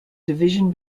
division